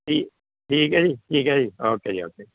ਠੀਕ ਠੀਕ ਹੈ ਜੀ ਠੀਕ ਹੈ ਜੀ ਓਕੇ ਜੀ ਓਕੇ